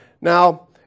Now